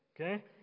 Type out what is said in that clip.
Okay